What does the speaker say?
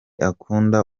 akunda